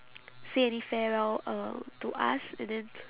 say any farewell uh to us and then